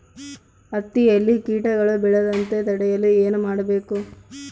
ಹತ್ತಿಯಲ್ಲಿ ಕೇಟಗಳು ಬೇಳದಂತೆ ತಡೆಯಲು ಏನು ಮಾಡಬೇಕು?